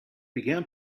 began